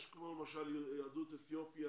יש את יהדות אתיופיה